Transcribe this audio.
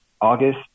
August